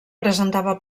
presentava